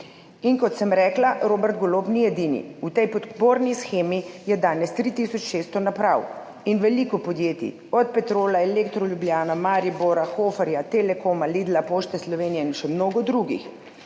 In kot sem rekla, Robert Golob ni edini. V tej podporni shemi je danes 3 tisoč 600 naprav in veliko podjetij, od Petrola, Elektro Ljubljana, Maribora, Hoferja, Telekoma, Lidla, Pošte Slovenije in še mnogo drugih.